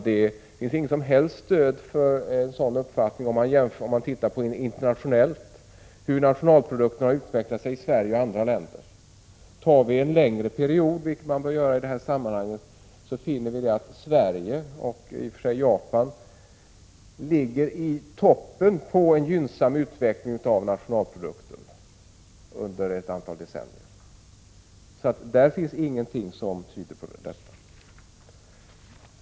Det finns inget som helst stöd för en sådan uppfattning om man jämför nationalprodukten i Sverige internationellt med andra länders. Tar man en längre period — vilket man bör göra i detta sammanhang — finner man att Sverige, och i och för sig Japan, legat i toppen med en gynnsam utveckling av nationalprodukten under ett antal decennier. Där finns inget som tyder på någon sådan förlust.